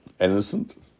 Innocent